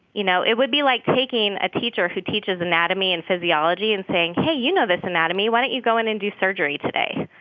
you know, it would be like taking a teacher who teaches anatomy and physiology and saying, hey, you know this anatomy. why don't you go in and do surgery today?